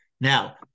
Now